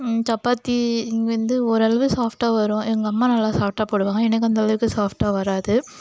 சப்பாத்தி இங்கே வந்து ஓரளவு சாஃப்டாக வரும் எங்கள் அம்மா நல்லா சாஃப்டாக போடுவாங்க எனக்கு அந்தளவுக்கு சாஃப்டாக வராது